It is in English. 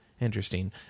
interesting